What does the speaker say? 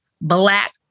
Black